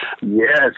Yes